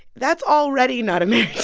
that's already not a